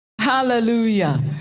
Hallelujah